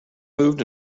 moved